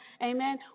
Amen